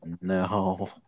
No